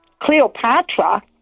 Cleopatra